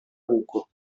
buco